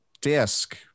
disc